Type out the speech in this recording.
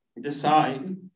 decide